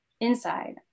inside